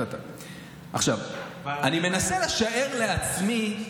אני מנסה לשער לעצמי,